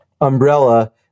umbrella